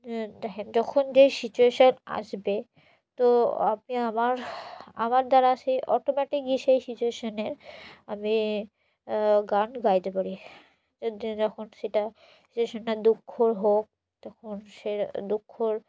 দেখ যখন যেই সিচুয়েশান আসবে তো আপনি আমার আমার দ্বারা সেই অটোম্যাটিকই সেই সিচুয়েশান আমি গান গাইতে পারি য যখন সেটা সিচুয়েশানটা দুঃখর হোক তখন সে দুঃখর